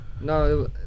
no